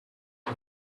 who